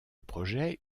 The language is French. projet